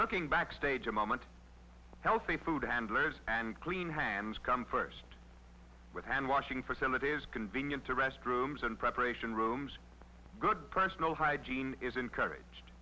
looking back stage a moment healthy food handlers and clean hands come first with hand washing facilities convenient to restrooms in preparation rooms good personal hygiene is encouraged